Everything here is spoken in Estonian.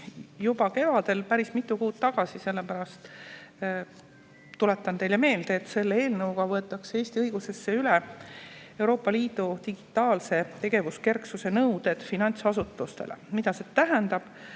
juba kevadel, päris mitu kuud tagasi. Sellepärast tuletan teile meelde, et selle eelnõuga võetakse Eesti õigusesse üle Euroopa Liidu digitaalse tegevuskerksuse nõuded finantsasutustele. Mida see tähendab?